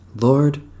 Lord